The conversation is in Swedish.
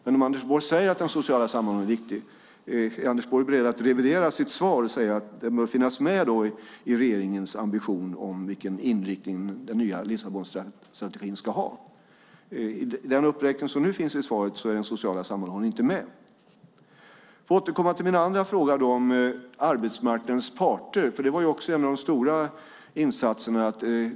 Men om Anders Borg nu säger att den sociala sammanhållningen är viktig, är han då beredd att revidera sitt svar och säga att det bör finnas med i regeringens ambition om vilken inriktning den nya Lissabonstrategin ska ha? I den uppräkning som finns i svaret är den sociala sammanhållningen inte med. Jag återkommer då till min andra fråga, om arbetsmarknadens parter, som var en av de stora insatserna.